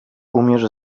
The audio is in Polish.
umiesz